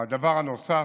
הדבר נוסף,